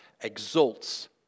exalts